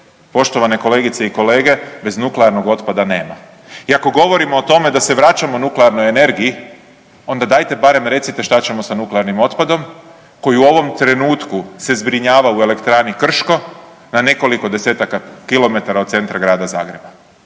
poštovane kolegice i kolege, iz nuklearnog otpada nema i ako govorimo o tome da se vraćamo nuklearnoj energiji, onda dajte barem recite šta ćemo sa nuklearnim otpadom koji u ovom trenutku se zbrinjava u elektrani Krško na nekoliko desetaka kilometara od centra grada Zagreba,